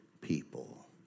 people